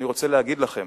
אני רוצה להגיד לכם